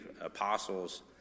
apostles